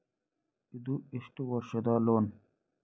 ಇದು ಎಷ್ಟು ವರ್ಷದ ಲೋನ್?